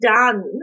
done